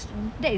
mmhmm